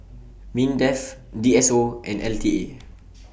Mindef D S O and L T A